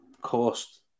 cost